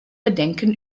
bedenken